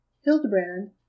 Hildebrand